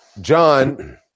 John